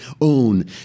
own